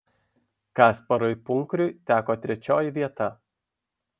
kasparui punkriui teko trečioji vieta